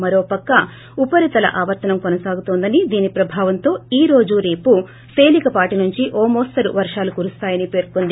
మరోపక్క ఉపరితల అవర్తనం కొనసాగుతోందని దీని ప్రభావంతో ఈ రోజు రేపు తేలికపాటి నుంచి మోస్తరు వర్షాలు కురుస్తాయని పేర్కొంది